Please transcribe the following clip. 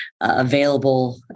available